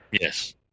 Yes